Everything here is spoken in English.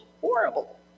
horrible